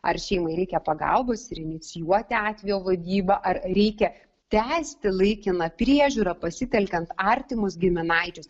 ar šeimai reikia pagalbos ir inicijuoti atvejo vadybą ar reikia tęsti laikiną priežiūrą pasitelkiant artimus giminaičius